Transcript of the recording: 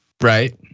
Right